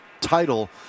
title